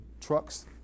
trucks